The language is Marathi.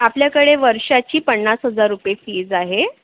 आपल्याकडे वर्षाची पन्नास हजार रुपय फीज आहे